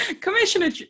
Commissioner